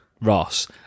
Ross